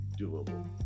doable